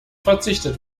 verzichtet